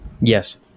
Yes